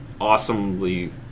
awesomely